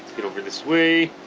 get over this way